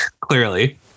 clearly